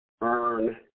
earn